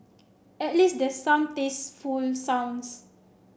at least there's some tasteful sounds